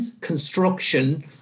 construction